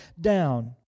down